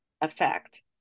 effect